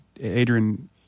Adrian